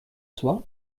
soir